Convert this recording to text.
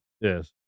Yes